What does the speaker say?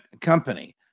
company